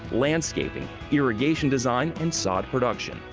landscaping, irrigation design, and sod production.